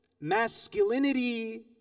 masculinity